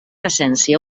essència